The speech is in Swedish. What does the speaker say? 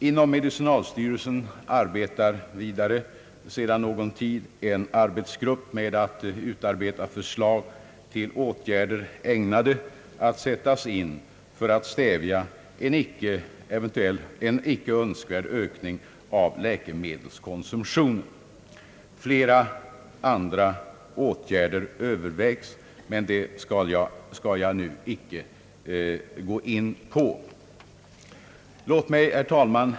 Inom medicinalstyrelsen arbetar vidare sedan någon tid en arbetsgrupp med att utforma förslag till åtgärder ägnade att sättas in för att stävja en eventuell icke önskad ökning av läkemedelskonsumtionen. Flera andra åtgärder övervägs, men dem skall jag nu inte gå in på.